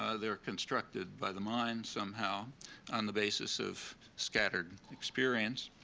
ah they are constructed by the mind somehow on the basis of scattered experience,